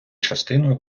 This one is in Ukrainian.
частиною